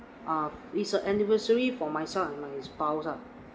err it's a anniversary for myself and my spouse ah